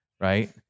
right